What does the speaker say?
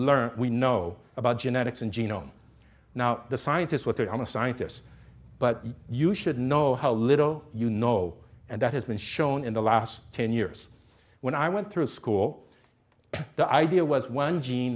learn we know about genetics and genome now the scientists with it i'm a scientist but you should know how little you know and that has been shown in the last ten years when i went through school the idea was one